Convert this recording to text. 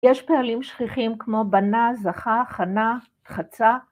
יש פעלים שכיחים כמו בנה, זכה, חנה, חצה